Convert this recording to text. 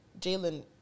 Jalen